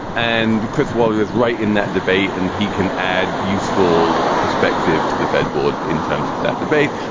and chris was was right in that debate. and he can add useful perspective to the fed board in terms of that debate.